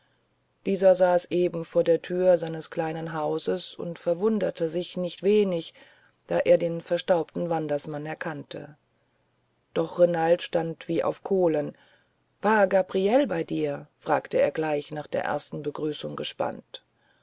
dieser saß eben vor der tür seines kleinen hauses und verwunderte sich nicht wenig da er den verstaubten wandersmann erkannte doch renald stand wie auf kohlen war gabriele bei dir fragte er gleich nach der ersten begrüßung gespannt